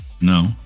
No